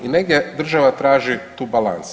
I negdje država traži tu balans.